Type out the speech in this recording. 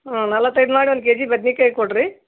ಹ್ಞೂ ನಲ್ವತ್ತೈದು ಮಾಡಿ ಒಂದು ಕೆ ಜಿ ಬದ್ನೆಕಾಯ್ ಕೊಡಿರಿ